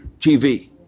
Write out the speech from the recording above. TV